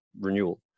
renewal